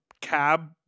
Cab